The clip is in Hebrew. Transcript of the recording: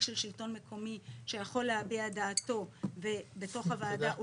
של שלטון מקומי שיכול להביע את דעתו בתוך הוועדה.